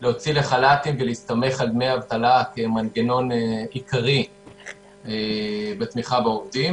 להוציא לחל"תים ולהסתמך על דמי אבטלה כמנגנון עיקרי בתמיכה בעובדים.